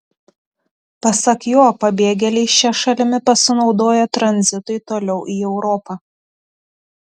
pasak jo pabėgėliai šia šalimi pasinaudoja tranzitui toliau į europą